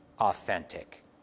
authentic